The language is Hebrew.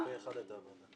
היה בוועדה פה אחד.